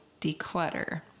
declutter